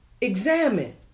examine